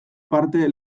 parte